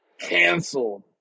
canceled